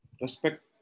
respect